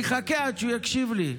אז אני אחכה עד שהוא יקשיב לי.